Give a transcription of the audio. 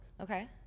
Okay